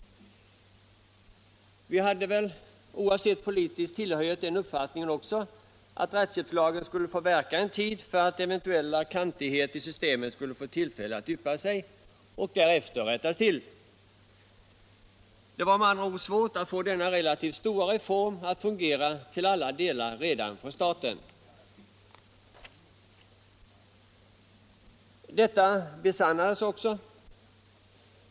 Vidare hade vi väl, oavsett politisk tillhörighet, den uppfattningen att rättshjälpslagen skulle få verka en tid för att eventuella kantigheter i systemet skulle få tillfälle att yppa sig och därefter rättas till. Det var med andra ord svårt att få denna relativt stora reform att fungera till alla delar redan från starten. Detta besannades också.